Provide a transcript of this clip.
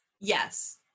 Yes